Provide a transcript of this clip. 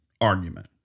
Argument